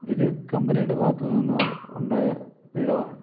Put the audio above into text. ഇതു കമ്പനിയുടെ ഭാഗത്തു നിന്ന് ഉണ്ടായ പിഴവാണ്